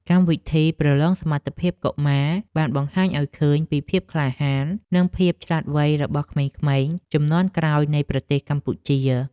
កម្មវិធីប្រឡងសមត្ថភាពកុមារបានបង្ហាញឱ្យឃើញពីភាពក្លាហាន និងភាពឆ្លាតវៃរបស់ក្មេងៗជំនាន់ក្រោយនៃប្រទេសកម្ពុជា។